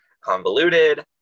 convoluted